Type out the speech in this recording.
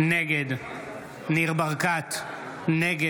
נגד ניר ברקת, נגד